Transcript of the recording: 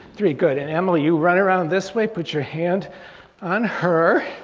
three. good and emily you run around this way, put your hand on her,